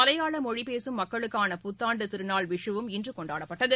மலையாளமொழிபேசும் மக்களுக்காள புத்தாண்டுதிருநாள் விஷுவும் இன்றுகொண்டாடப்பட்டது